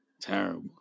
Terrible